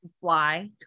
fly